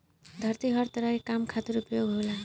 धरती हर तरह के काम खातिर उपयोग होला